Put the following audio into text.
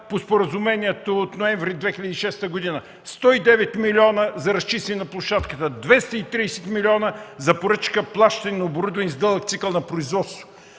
по споразумението от месец ноември 2006 г., 109 милиона за разчистване на площадката, 230 милиона за поръчка, плащане на оборудване с дълъг цикъл на производство.